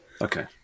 Okay